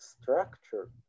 structure